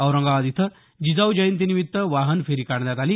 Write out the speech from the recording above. औरंगाबाद इथं जिजाऊ जयंतीनिमित्त वाहन फेरी काढण्यात आली